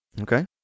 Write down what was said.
Okay